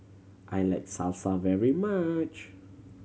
I like Salsa very much